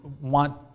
want